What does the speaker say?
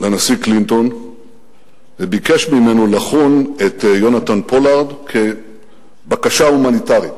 לנשיא קלינטון וביקש ממנו לחון את יונתן פולארד כבקשה הומניטרית.